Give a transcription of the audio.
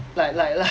like like like